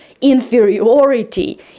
inferiority